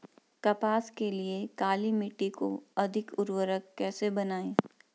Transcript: कपास के लिए काली मिट्टी को अधिक उर्वरक कैसे बनायें?